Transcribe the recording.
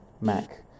Mac